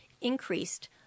increased